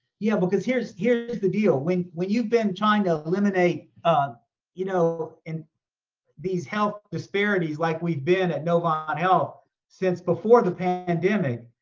yeah, because here's here's the deal. when when you've been trying to eliminate um you know and these health disparities, like we've been at novant and health since before the pandemic.